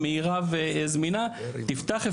אני עובד אצלכם.